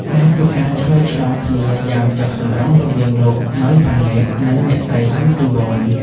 ដែលជាការឆ្លើយឆ្លងគ្នាយ៉ាងចុះសម្រុងរវាងលោក ណូយ វ៉ាន់ណេត និងអ្នកស្រី ហ៊ឹម ស៊ីវន។